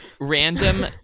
random